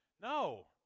No